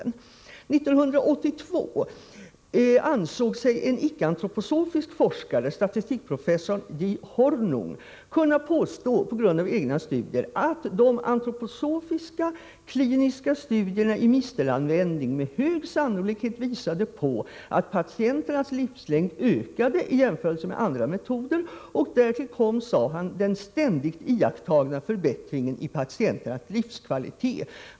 1982 ansåg sig en icke-antroposofisk forskare, statistikprofessorn J. Hornung, på grundval av egna studier kunna påstå att de antroposofiska kliniska studierna i mistelanvändning med hög sannolikhet visade att patienternas livslängd ökade i jämförelse med andra metoder. Därtill kommer, sade han, den ständigt iakttagna förbättringen i patienternas livskvalitet.